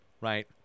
right